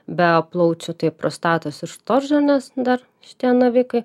be plaučių tai prostatos ir šitos žarnos dar šitie navikai